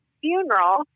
funeral